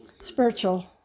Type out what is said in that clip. spiritual